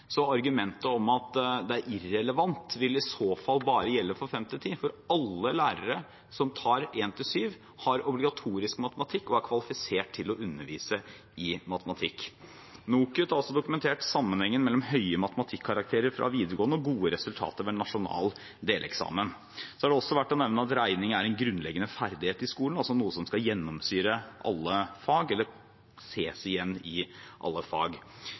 så fall bare gjelde for 5.–10. trinn, for alle lærere som tar 1.–7. trinn, har obligatorisk matematikk og er kvalifisert til å undervise i matematikk. NOKUT har dokumentert sammenhengen mellom høye matematikkarakterer fra videregående og gode resultater ved nasjonal deleksamen. Det er også verdt å nevne at regning er en grunnleggende ferdighet i skolen, altså noe som skal gjennomsyre alle fag, eller ses igjen i alle fag.